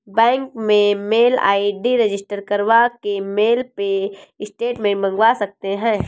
bank में mail ID register करवा के मेल पे स्टेटमेंट मंगवा सकते है